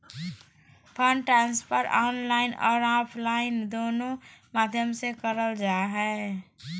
fund transfer online आर offline दोनों माध्यम से करल जा हय